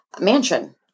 mansion